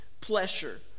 pleasure